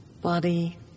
body